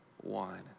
one